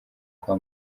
kwa